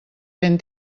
ben